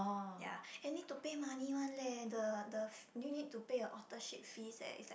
ya and need to pay money one leh the the you need to pay a authorship fees eh it's like